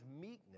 meekness